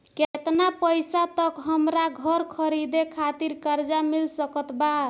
केतना पईसा तक हमरा घर खरीदे खातिर कर्जा मिल सकत बा?